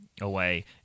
away